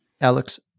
Alex